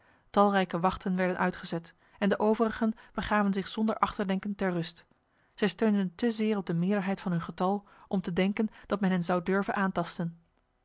talrijke wachten werden uitgezet en de overigen begaven zich zonder achterdenken ter rust zij steunden te zeer op de meerderheid van hun getal om te denken dat men hen zou durven aantasten